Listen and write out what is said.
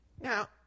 Now